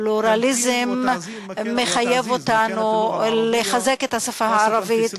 הפלורליזם מחייב אותנו לחזק את השפה הערבית,